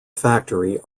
factory